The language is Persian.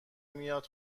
میاد